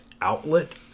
outlet